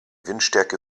windstärke